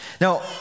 Now